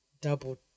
double